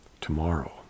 tomorrow